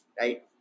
right